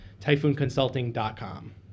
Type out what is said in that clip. TyphoonConsulting.com